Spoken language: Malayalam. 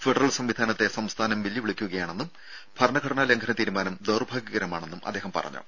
ഫെഡറൽ സംവിധാനത്തെ സംസ്ഥാനം വെല്ലുവിളിക്കുകയാണെന്നും ഭരണഘടനാ ലംഘന തീരുമാനം ദൌർഭാഗ്യകരമാണെന്നും അദ്ദേഹം പറഞ്ഞു